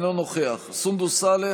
אינו נוכח סונדוס סאלח,